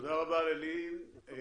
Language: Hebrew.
תודה רבה, לי-היא.